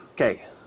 Okay